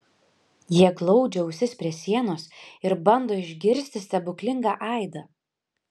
jie glaudžia ausis prie sienos ir bando išgirsti stebuklingą aidą